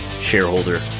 shareholder